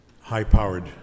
high-powered